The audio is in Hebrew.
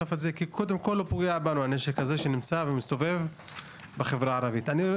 לאסוף את זה כי הנשק הזה שמסתובב בחברה הערבית פוגע קודם כול בנו.